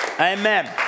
Amen